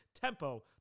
TEMPO